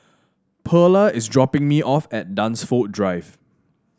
Pearla is dropping me off at Dunsfold Drive